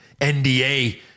NDA